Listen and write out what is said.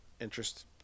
interest